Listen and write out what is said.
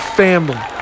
family